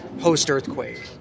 post-earthquake